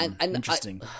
Interesting